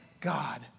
God